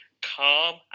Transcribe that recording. calm